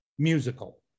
musical